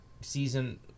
season